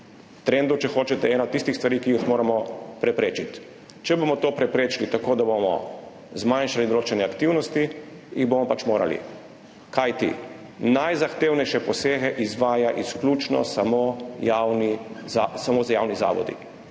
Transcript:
trendov, če hočete, ena od tistih stvari, ki jih moramo preprečiti. Če bomo to preprečili tako, da bomo zmanjšali določene aktivnosti, jih bomo pač morali. Kajti najzahtevnejše posege izvajajo izključno samo javni zavodi.